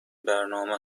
برنامه